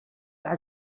such